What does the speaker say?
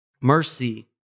Mercy